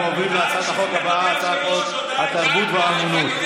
אנחנו עוברים להצעת חוק התרבות והאומנות,